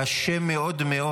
קשה מאוד מאוד,